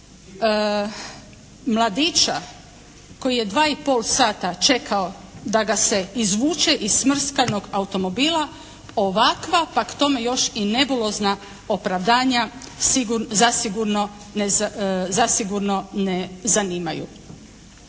Mladića koji je dva i pol sata čekao da ga se izvuče iz smrskanog automobila ovakva pak tome još i nebulozna opravdanja zasigurno ne zanimaju.